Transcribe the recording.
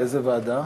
לאיזה ועדה?